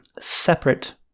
separate